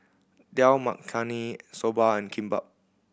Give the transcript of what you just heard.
Dal Makhani Soba and Kimbap